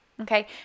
Okay